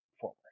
forward